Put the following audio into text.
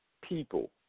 people